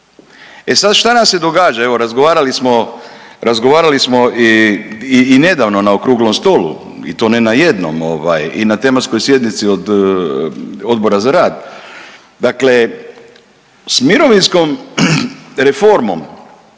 E sad, šta nam se događa? Evo razgovarali smo i nedavno na okruglom stolu i to ne na jednom i na tematskoj sjednici od Odbora za rad. Dakle, s mirovinskom reformom